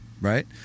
Right